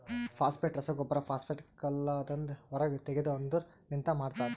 phosphate ರಸಗೊಬ್ಬರ phosphate ಕಲ್ಲದಾಂದ ಹೊರಗ್ ತೆಗೆದು ಅದುರ್ ಲಿಂತ ಮಾಡ್ತರ